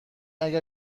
اگر